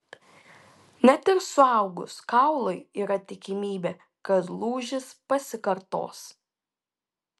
net ir suaugus kaului yra tikimybė kad lūžis pasikartos